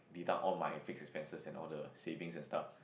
deduct all my fixed expenses and all the savings and stuff